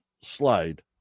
slide